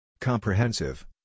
Comprehensive